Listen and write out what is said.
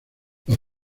los